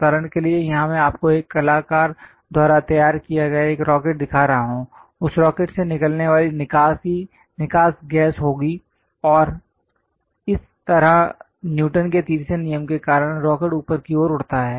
उदाहरण के लिए यहां मैं आपको एक कलाकार द्वारा तैयार किया गया एक रॉकेट दिखा रहा हूं उस रॉकेट से निकलने वाली निकास गैस होगी और इस तरह न्यूटन के तीसरे नियम के कारण रॉकेट ऊपर की ओर उड़ता है